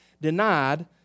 denied